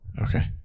Okay